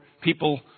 people